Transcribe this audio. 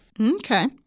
okay